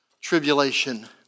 tribulation